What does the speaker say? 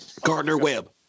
Gardner-Webb